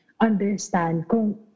understand